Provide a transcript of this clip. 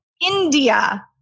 India